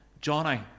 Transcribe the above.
Johnny